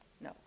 No